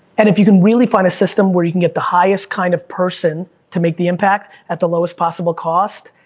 and if you can really find a system where you can get the highest kind of person to make the impact, at the lowest possible cost?